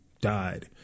died